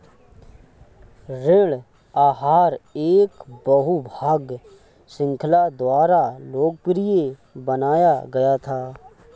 ऋण आहार एक बहु भाग श्रृंखला द्वारा लोकप्रिय बनाया गया था